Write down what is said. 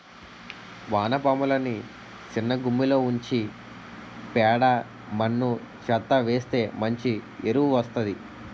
వానపాములని సిన్నగుమ్మిలో ఉంచి పేడ మన్ను చెత్తా వేస్తె మంచి ఎరువు వస్తాది